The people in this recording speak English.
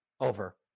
over